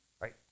right